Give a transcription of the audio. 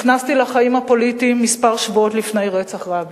נכנסתי לחיים הפוליטיים כמה שבועות לפני רצח רבין,